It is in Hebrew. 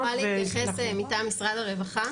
נוכל להתייחס, מטעם משרד הרווחה?